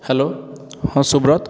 hello ହଁ ସୁବ୍ରତ